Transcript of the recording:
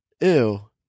Ew